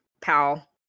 pal